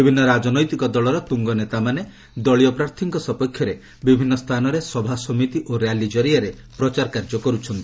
ବିଭିନ୍ନ ରାଜନୈତିକ ଦଳର ତୁଙ୍ଗନେତାମାନେ ଦଳୀୟ ପ୍ରାର୍ଥୀଙ୍କ ସପକ୍ଷରେ ବିଭିନ୍ନ ସ୍ଥାନରେ ସଭାସମିତି ଓ ର୍ୟାଲି କରିଆରେ ପ୍ରଚାର କାର୍ଯ୍ୟ କରୁଛନ୍ତି